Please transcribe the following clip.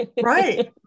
right